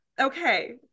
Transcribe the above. Okay